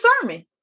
sermon